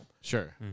Sure